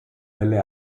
belle